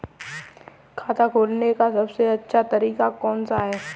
खाता खोलने का सबसे अच्छा तरीका कौन सा है?